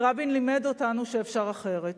כי רבין לימד אותנו שאפשר אחרת,